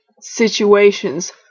situations